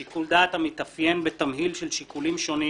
שיקול דעת המתאפיין בתמהיל של שיקולים שונים